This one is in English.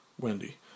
Wendy